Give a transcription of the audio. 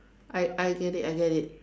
I I I get it I get it